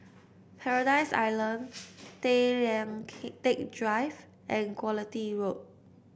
Paradise Island Tay Lian Teck Drive and Quality Road